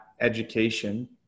education